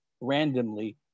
randomly